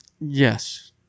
Yes